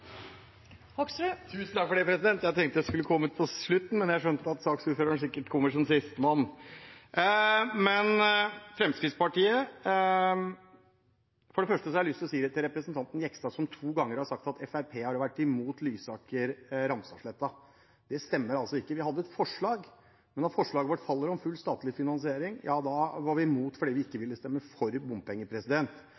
Jeg tenkte jeg skulle komme på slutten, men jeg har skjønt at saksordføreren sikkert kommer som sistemann. For det første har jeg lyst til å si til representanten Jegstad, som to ganger har sagt at Fremskrittspartiet har vært imot Lysaker–Ramstadsletta: Det stemmer altså ikke. Vi hadde et forslag, men da forslaget vårt om full statlig finansiering falt, var vi imot fordi vi ikke